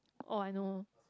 oh I know